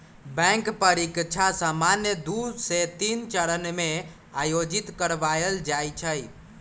bank परीकछा सामान्य दू से तीन चरण में आयोजित करबायल जाइ छइ